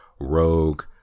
rogue